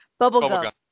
Bubblegum